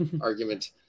argument